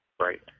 Right